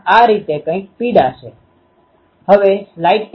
તમે જોશો કે આ બીજું કઈ નહિ પરંતુ તમે ઓળખી શકો છો કે તે આપણું એલીમેન્ટ પેટર્ન છે